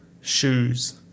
shoes